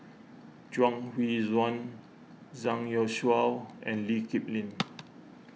Chuang Hui Tsuan Zhang Youshuo and Lee Kip Lin